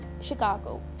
Chicago